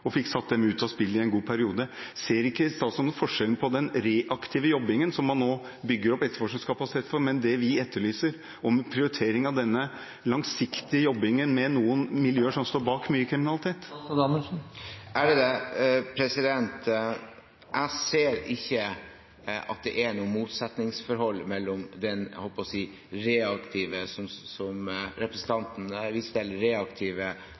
spill i en god periode. Ser ikke statsråden forskjellen på den reaktive jobbingen, som man nå bygger opp etterforskningskapasitet for, og det vi etterlyser, å prioritere den langsiktige jobbingen med noen miljøer som står bak mye kriminalitet? Jeg ser ikke at det er noe motsetningsforhold mellom det som representanten viser til, den reaktive reaksjonen i en hendelse, at politiet griper inn, og den konkrete, kortsiktige oppfølgingen, og det andre sporet, som